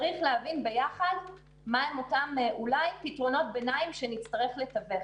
צריך להבין ביחד מה הם אותם פתרונות ביניים שנצטרך לתווך,